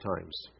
times